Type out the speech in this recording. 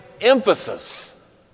emphasis